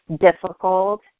difficult